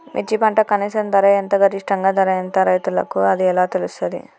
మిర్చి పంటకు కనీస ధర ఎంత గరిష్టంగా ధర ఎంత అది రైతులకు ఎలా తెలుస్తది?